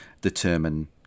determine